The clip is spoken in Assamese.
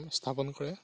স্থাপন কৰে